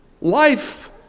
Life